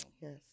Yes